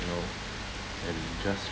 you know and just